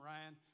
Ryan